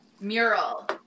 mural